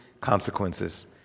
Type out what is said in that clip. consequences